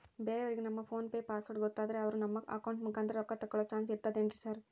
ಬೇರೆಯವರಿಗೆ ನಮ್ಮ PhonePe password ಗೊತ್ತಾದ್ರೆ ಅವರು ನಮ್ಮ ಅಕೌಂಟ್ ಮುಖಾಂತರ ರೊಕ್ಕ ತಕ್ಕೊಳ್ಳೋ ಚಾನ್ಸ್ ಇರ್ತದೆನ್ರಿ ಸರ್?